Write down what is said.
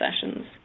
sessions